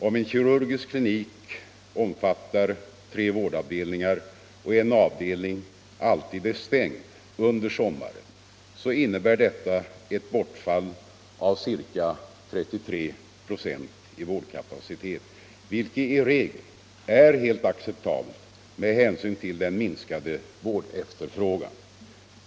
Om en kirurgklinik omfattar tre vårdavdelningar och en avdelning är stängd under sommaren, så innebär detta ett bortfall av ca 33 96 i vårdkapacitet, vilket i regel är helt acceptabelt med hänsyn till den minskade vårdefterfrågan.